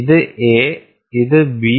ഇത് A ഇത് B